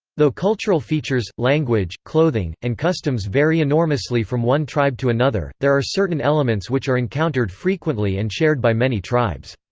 though cultural features, language, clothing, and customs vary enormously from one tribe to another, there are certain elements which are encountered frequently and shared by many tribes.